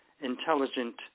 intelligent